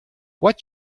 what